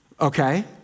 Okay